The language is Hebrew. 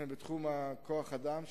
בתחום כוח האדם,